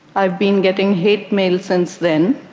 i've been getting hate mail since then,